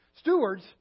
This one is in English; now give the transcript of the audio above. Stewards